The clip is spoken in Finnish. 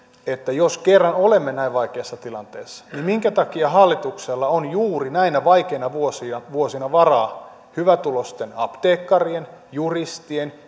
jos kerran olemme näin vaikeassa tilanteessa niin minkä takia hallituksella on juuri näinä vaikeina vuosina vuosina varaa hyvätuloisten apteekkarien juristien